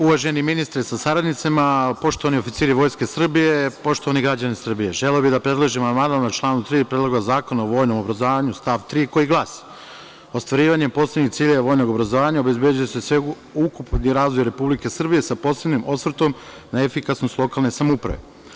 Uvaženi ministre sa saradnicima, poštovani oficiri Vojske Srbije, poštovani građani Srbije, želeo bih da predložim amandman na član 3. Predloga zakona o vojnom obrazovanju, stav 3. koji glasi – Ostvarivanjem posebnih ciljeva vojnog obrazovanja obezbeđuje se sveukupni razvoj Republike Srbije sa posebnim osvrtom na efikasnost lokalne samouprave.